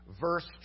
verse